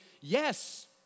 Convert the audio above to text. yes